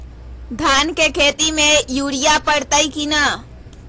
धान के खेती में यूरिया परतइ कि न?